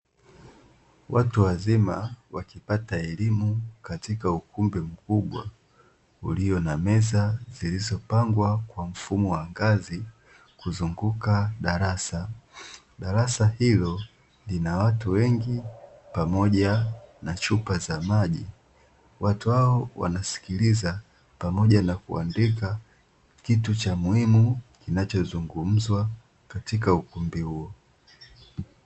Watu wazima, wakipata elimu katika ukumbi mkubwa ulio na meza zilizopangwa kwa mfumo wa ngazi kuzunguka darasa. Darasa hilo lina watu wengi pamoja na chupa za maji, watu hao wanasikiliza pamoja na kuandika kitu cha muhimu kinachozungumzwa katika ukumbi huo.